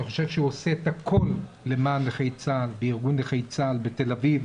חושב שהוא עושה את הכול למען נכי צה"ל בארגון נכי צה"ל בתל אביב,